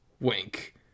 Wink